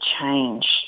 change